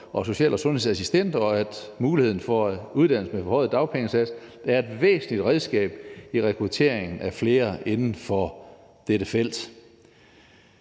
og social- og sundhedsassistenter, og at muligheden for uddannelse med en forhøjet dagpengesats er et væsentligt redskab i rekrutteringen af flere inden for dette felt.